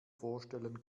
vorstellen